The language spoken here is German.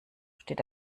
steht